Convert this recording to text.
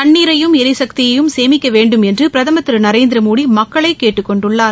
தண்ணீரையும் எரிசக்தியையும் சேமிக்க வேண்டும் என்றும் பிரதமர் திரு நரேந்திர மோடி மக்களை கேட்டுக்கொண்டுள்ளார்